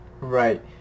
Right